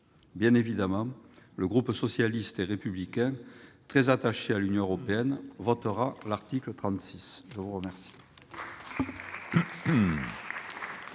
Bien évidemment, le groupe socialiste et républicain, très attaché à l'idée européenne, votera l'article 36 du projet